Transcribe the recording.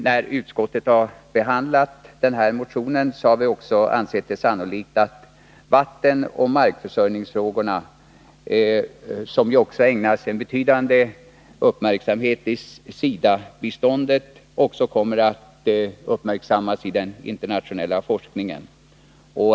När utskottet har behandlat denna motion, har vi ansett det sannolikt att vattenoch markförsörjningsfrågorna, som ju även ägnas betydande uppmärksamhet i SIDA-biståndet, också kommer att uppmärksammas i den internationella forskningen.